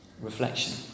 Reflection